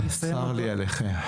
צר לי עליכם.